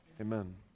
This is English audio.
Amen